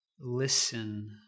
listen